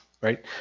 right